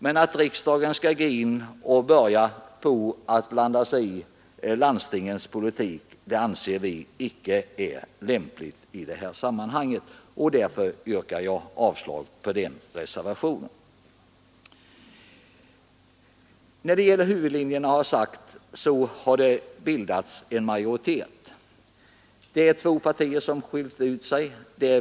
Men att riksdagen skulle börja blanda sig i landstingens politik anser vi icke lämpligt. Därför yrkar jag avslag på herr Nordgrens reservation. Jag har sagt att när det gäller huvudlinjerna har det bildats en majoritet. Två partier har skiljt ut sig.